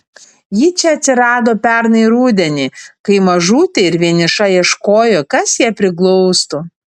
ji čia atsirado pernai rudenį kai mažutė ir vieniša ieškojo kas ją priglaustų